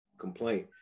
complaint